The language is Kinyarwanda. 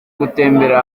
gutemberera